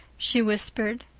she whispered,